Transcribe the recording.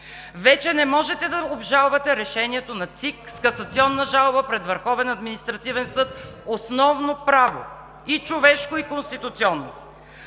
вече не може да обжалвате решението на ЦИК с касационна жалба пред Върховен административен съд – основно право и човешко, и конституционно;